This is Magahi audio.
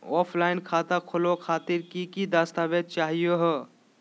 ऑफलाइन खाता खोलहु खातिर की की दस्तावेज चाहीयो हो?